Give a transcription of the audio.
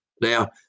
Now